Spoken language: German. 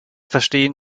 verstehen